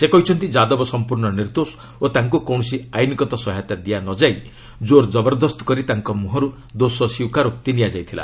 ସେ କହିଛନ୍ତି ଯାଦବ ସମ୍ପର୍ଶ୍ଣ ନିର୍ଦୋଷ ଓ ତାଙ୍କୁ କୌଣସି ଆଇନଗତ ସହାୟତା ଦିଆ ନ ଯାଇ ଜୋର୍ ଜବରଦସ୍ତ କରି ତାଙ୍କ ମୁହଁରୁ ଦୋଷ ସ୍ୱୀକାରୋକ୍ତି ନିଆଯାଇଥିଲା